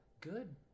good